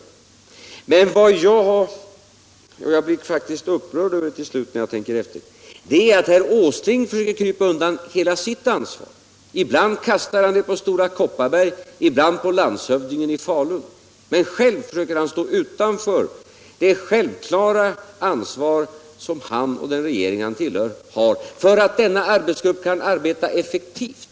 Vad jag har sagt är att herr Åsling — jag blir faktiskt upprörd över det när jag tänker efter — försöker krypa undan hela sitt ansvar. Ibland kastar han det på Stora Kopparberg, ibland på landshövdingen i Falun. Men själv försöker han stå utanför det självklara ansvar han och den regering han tillhör har för att denna arbetsgrupp kan arbeta effektivt.